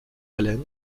allen